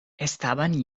estaban